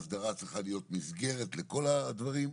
ההסדרה צריכה להיות מסגרת לכל הדברים.